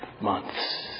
months